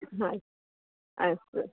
हा अस्तु